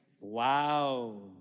Wow